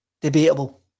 debatable